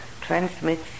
transmits